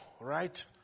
right